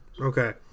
Okay